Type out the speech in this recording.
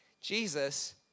Jesus